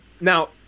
now